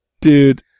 Dude